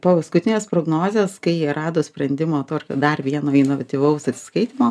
paskutines prognozes kai jie rado sprendimo dar vieno inovatyvaus atsiskaitymo